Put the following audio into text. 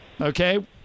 Okay